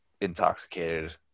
intoxicated